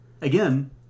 Again